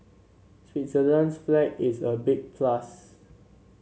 Switzerland's flag is a big plus